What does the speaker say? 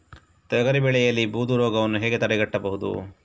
ತೊಗರಿ ಬೆಳೆಯಲ್ಲಿ ಬೂದು ರೋಗವನ್ನು ಹೇಗೆ ತಡೆಗಟ್ಟಬಹುದು?